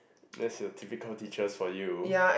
that's the typical teachers for you